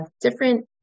different